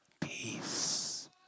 peace